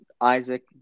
Isaac